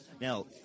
Now